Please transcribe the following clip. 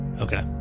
Okay